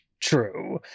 true